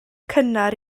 cynnar